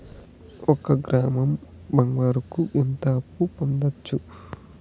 ఒక గ్రాము బంగారంకు ఎంత అప్పు పొందొచ్చు